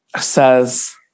says